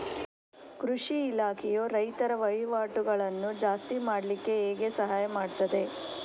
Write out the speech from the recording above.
ಕೃಷಿ ಇಲಾಖೆಯು ರೈತರ ವಹಿವಾಟುಗಳನ್ನು ಜಾಸ್ತಿ ಮಾಡ್ಲಿಕ್ಕೆ ಹೇಗೆ ಸಹಾಯ ಮಾಡ್ತದೆ?